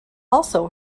also